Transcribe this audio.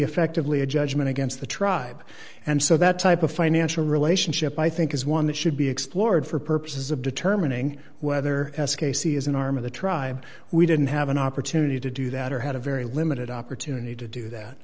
effectively a judgment against the tribe and so that type of financial relationship i think is one that should be explored for purposes of determining whether s casey is an arm of the tribe we didn't have an opportunity to do that or had a very limited opportunity to do that